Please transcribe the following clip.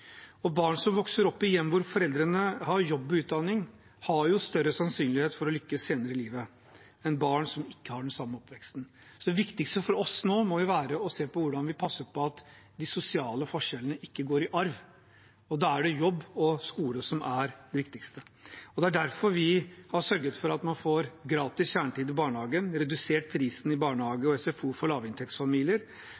Barn som vokser opp i hjem hvor foreldrene har jobb og utdanning, har større sannsynlighet for å lykkes senere i livet enn barn som ikke har den samme oppveksten. Så det viktigste for oss nå må være å passe på at de sosiale forskjellene ikke går i arv. Da er jobb og skole det viktigste. Det er derfor vi under vår tid i regjering har sørget for at man får gratis kjernetid i barnehagen, har redusert prisen i barnehage